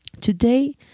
Today